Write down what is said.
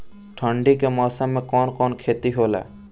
ठंडी के मौसम में कवन कवन खेती होला?